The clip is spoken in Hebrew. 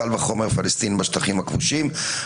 קל וחומר פלסטינים בשטחים הכבושים.